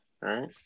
Right